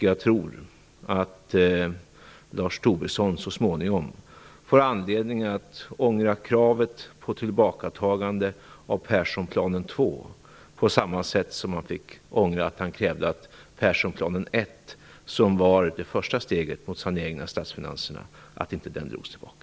Jag tror att Lars Tobisson så småningom får anledning att ångra kravet på tillbakatagande av Perssonplanen 2 på samma sätt som han fick ångra att han krävde att Perssonplanen 1, som var det första steget mot saneringen av statsfinanserna, skulle dras tillbaka.